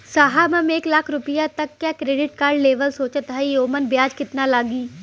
साहब हम एक लाख तक क क्रेडिट कार्ड लेवल सोचत हई ओमन ब्याज कितना लागि?